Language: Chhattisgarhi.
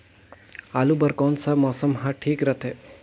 आलू बार कौन सा मौसम ह ठीक रथे?